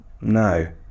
no